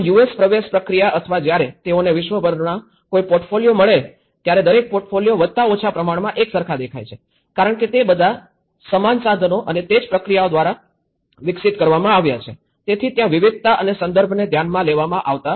પ્રવેશ પ્રક્રિયા અથવા જ્યારે તેઓને વિશ્વભરના કોઈ પોર્ટફોલિયો મળે ત્યારે દરેક પોર્ટફોલિયો વત્તા ઓછા પ્રમાણમાં એકસરખા દેખાય છે કારણ કે તે બધા જ સમાન સાધનો અને તે જ પ્રક્રિયાઓ દ્વારા વિકસિત કરવામાં આવ્યા છે તેથી ત્યાં વિવિધતા અને સંદર્ભને ધ્યાનમાં લેવામાં આવતા નથી